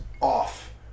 off